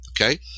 Okay